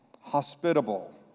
hospitable